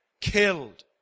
killed